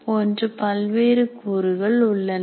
போன்று பல்வேறு கூறுகள் உள்ளன